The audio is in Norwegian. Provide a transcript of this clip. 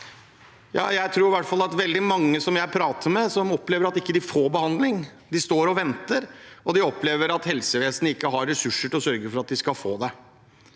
Jeg tror i hvert fall at veldig mange som jeg prater med, opplever at de ikke får behandling. De står og venter, og de opplever at helsevesenet ikke har ressurser til å sørge for at de skal få det.